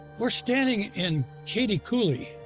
we're standing in cady coulee.